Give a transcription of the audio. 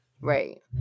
Right